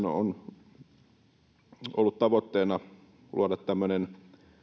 on ollut tavoitteena luoda tämmöinen